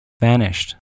vanished